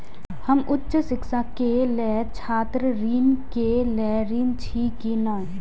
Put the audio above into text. हम उच्च शिक्षा के लेल छात्र ऋण के लेल ऋण छी की ने?